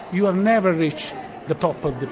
you will never reach the top of